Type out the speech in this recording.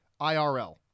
IRL